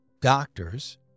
doctors